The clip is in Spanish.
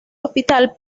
hospital